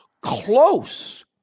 close